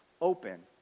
open